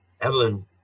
Evelyn